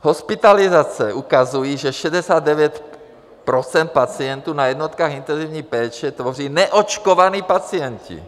Hospitalizace ukazují, že 69 % pacientů na jednotkách intenzívní péče tvoří neočkovaní pacienti.